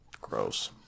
Gross